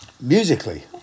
Musically